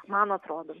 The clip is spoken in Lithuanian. man atrodo